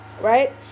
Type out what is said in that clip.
right